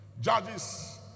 Judges